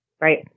Right